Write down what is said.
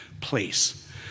place